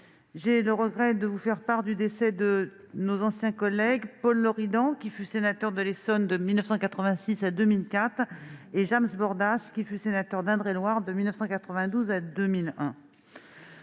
J'ai le regret de vous faire part du décès de nos anciens collègues Paul Loridant, qui fut sénateur de l'Essonne de 1986 à 2004, et James Bordas, qui fut sénateur d'Indre-et-Loire de 1992 à 2001.